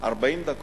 40 דקות,